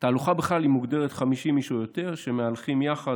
תהלוכה מוגדרת "חמישים איש או יותר המהלכים יחד,